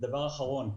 דבר אחרון.